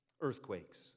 Earthquakes